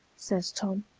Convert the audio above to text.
says tom,